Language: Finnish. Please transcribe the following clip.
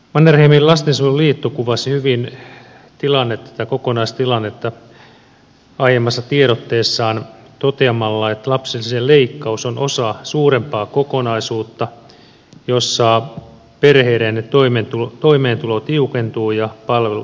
mannerheimin lastensuojeluliitto kuvasi hyvin tätä kokonaistilannetta aiemmassa tiedotteessaan toteamalla että lapsilisien leikkaus on osa suurempaa kokonaisuutta jossa perheiden toimeentulo tiukentuu ja palvelut heikentyvät